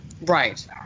Right